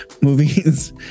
movies